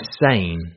insane